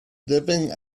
living